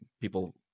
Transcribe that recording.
people